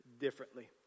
differently